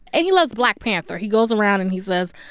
and he loves black panther. he goes around, and he says,